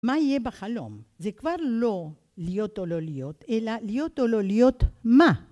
מה יהיה בחלום? זה כבר לא להיות או לא להיות, אלא להיות או לא להיות מה?